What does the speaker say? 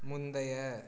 முந்தைய